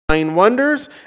wonders